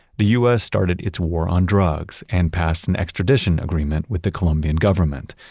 the u s. started its war on drugs and passed an extradition agreement with the colombian government.